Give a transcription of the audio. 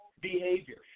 behavior